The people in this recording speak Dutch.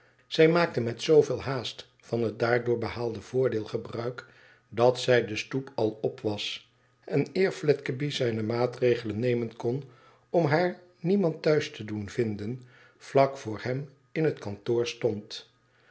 zij maakte met zooveel haast van het daardoor behaalde voordeel gebruik dat zij de stoep al op was en eer fledgeby zijne maatregelen nemen kon om haar niemand thuis te doen vinden vlak voor hem in het kantoor stond